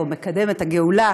מקרב, או מקדם, את הגאולה.